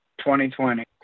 2020